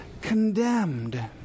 condemned